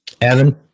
Evan